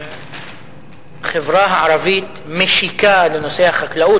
שהחברה הערבית משיקה לנושאי החקלאות.